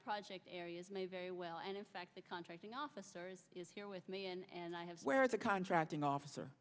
project areas may very well and in fact the contracting officer is here with me and i have where the contracting officer